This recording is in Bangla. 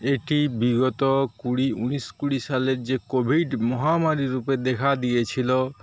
এটি বিগত কুড়ি উনিশ কুড়ি সালের যে কোভিড মহামারী রুপে দেখা দিয়েছিল